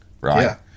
right